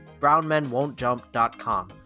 brownmenwontjump.com